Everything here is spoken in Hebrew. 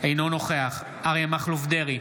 אינו נוכח אריה מכלוף דרעי,